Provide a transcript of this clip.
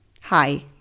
Hi